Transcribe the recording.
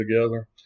together